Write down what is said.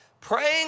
Praying